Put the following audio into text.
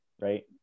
right